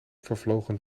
vervlogen